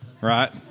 right